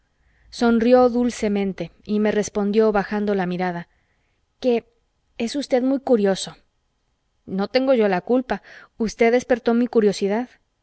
sonrió dulcemente y me respondió bajando la mirada que es usted muy curioso no tengo yo la culpa usted despertó mi curiosidad